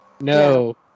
No